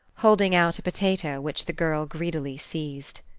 holding out a potato, which the girl greedily seized.